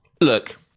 Look